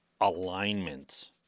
alignment